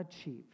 achieved